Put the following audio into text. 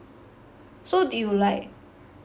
so it will like